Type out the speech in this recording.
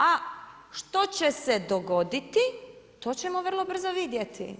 A što će se dogoditi, to ćemo vrlo brzo vidjeti.